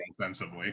offensively